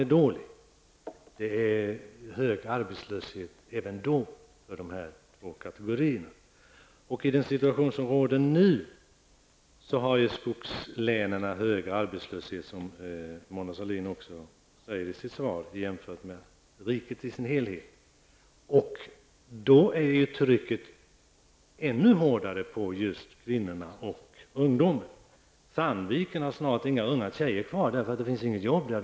Även då är det en hög arbetslöshet inom de här två kategorierna. Som Mona Sahlin säger i sitt svar har skogslänen i nuvarande situation en hög arbetslöshet jämfört med riket i dess helhet, och då är trycket på just kvinnorna och ungdomen ännu hårdare. Sandviken har snart inga unga tjejer kvar, eftersom det inte finns några jobb där.